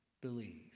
believe